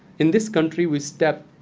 in this country, we step